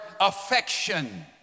affection